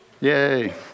yay